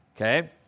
Okay